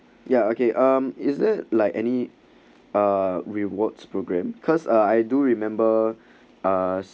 ya okay um is there like any uh rewards program cause I do remember us